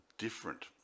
different